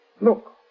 Look